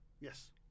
Yes